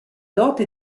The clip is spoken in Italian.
dote